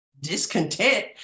discontent